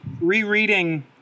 rereading